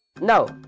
No